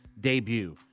debut